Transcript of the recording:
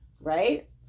Right